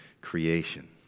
creation